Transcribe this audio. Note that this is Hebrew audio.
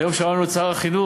היום שמענו את שר החינוך,